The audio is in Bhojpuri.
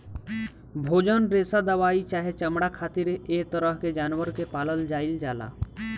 भोजन, रेशा दवाई चाहे चमड़ा खातिर ऐ तरह के जानवर के पालल जाइल जाला